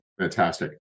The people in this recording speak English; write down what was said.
Fantastic